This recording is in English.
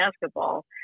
basketball